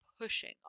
pushing